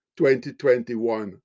2021